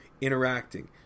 interacting